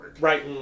Right